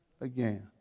again